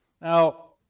Now